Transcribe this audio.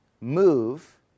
move